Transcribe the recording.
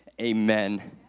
amen